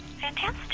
Fantastic